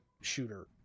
shooter